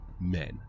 men